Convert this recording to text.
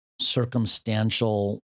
circumstantial